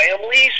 families